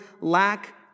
lack